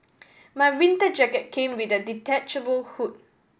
my winter jacket came with a detachable hood